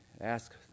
ask